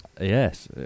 Yes